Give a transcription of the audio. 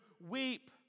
weep